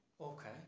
okay